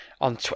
on